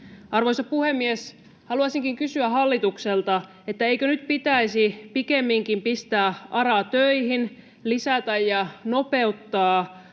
Arvoisa puhemies! Haluaisinkin kysyä hallitukselta, eikö nyt pitäisi pikemminkin pistää ARA töihin, lisätä ja nopeuttaa